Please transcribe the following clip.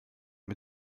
mit